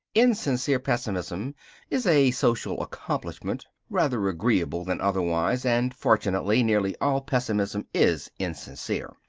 insincere pessimism is a social accomplishment, rather agreeable than otherwise and fortunately nearly all pessimism is insincere.